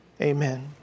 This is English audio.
amen